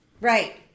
Right